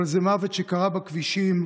אבל זה מוות שקרה בכבישים,